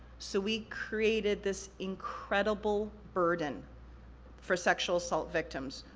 so, we created this incredible burden for sexual assault victims.